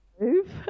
move